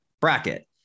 bracket